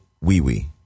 wee-wee